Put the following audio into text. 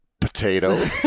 potato